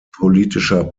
politischer